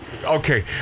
Okay